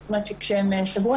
זאת אומרת כשהם סגרו,